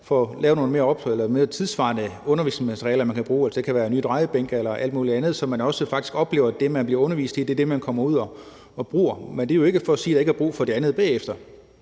og få lavet nogle mere tidssvarende undervisningsmaterialer, man kan bruge – det kan være nye drejebænke eller alt muligt andet – så man også faktisk oplever, at det, man bliver undervist i, er det, man kommer ud og bruger. Men det er ikke for at sige, at der ikke er brug for det andet bagefter.